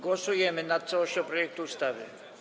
Głosujemy nad całością projektu ustawy.